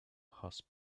horse